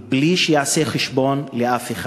בלי שיעשה חשבון לאף אחד.